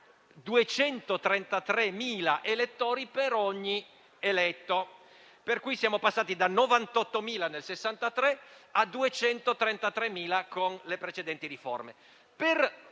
233.000 elettori per ogni eletto, per cui siamo passati da 98.000 nel 1963 a 233.000 con le precedenti riforme.